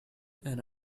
and